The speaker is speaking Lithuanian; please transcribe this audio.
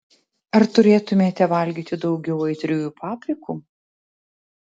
ar turėtumėte valgyti daugiau aitriųjų paprikų